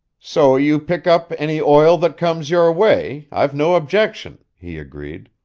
so you pick up any oil that comes your way, i've no objection, he agreed.